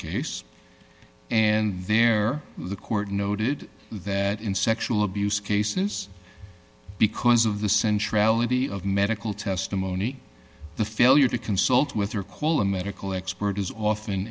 case and there the court noted that in sexual abuse cases because of the century ality of medical testimony the failure to consult with her quality medical expert is often